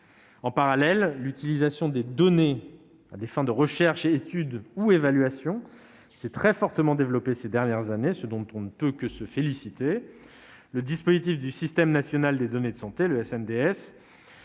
En parallèle, l'utilisation des données à des fins de recherche, d'études ou d'évaluation s'est très fortement développée ces dernières années, ce dont on ne peut que se féliciter. Le système national des données de santé (SNDS)